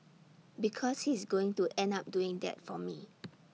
because he's going to end up doing that for me